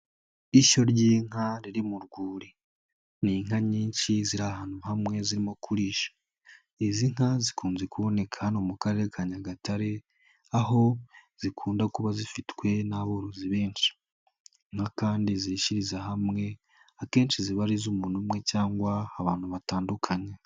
Ishyo ry'inka riri mu rwuri, ni inka nyinshi ziri ahantu hamwe zirimo kurisha, izi nka zikunze kuboneka hano mu karere ka Nyagatare, aho zikunda kuba zifitwe n'aborozi benshi, inka kandi zirishiriza hamwe, akenshi ziba ari iz'umuntu umwe cyangwa abantu batandukanye.